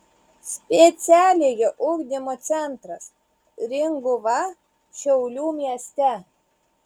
specialiojo ugdymo centras ringuva šiaulių mieste